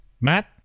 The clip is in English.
Matt